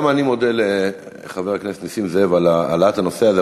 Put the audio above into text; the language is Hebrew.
גם אני מודה לחבר הכנסת נסים זאב על העלאת הנושא הזה,